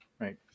Right